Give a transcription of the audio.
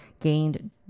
gained